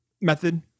method